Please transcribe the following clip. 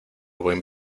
buen